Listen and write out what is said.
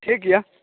ठीक यऽ